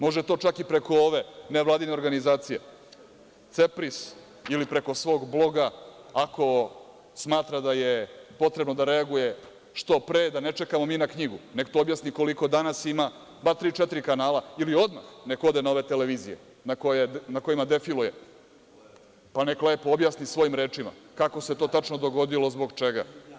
Može to čak i preko ove nevladine organizacije CEPRIS ili preko svog bloga ako smatra da je potrebno da reaguje što pre, da ne čekamo mi na knjigu, neka to objasni koliko danas, ima bar tri, četiri kanala ili odmah neka ode na ove televizije na koje defiluje, pa neka lepo objasni svojim rečima, kako se to tačno dogodilo, zbog čega.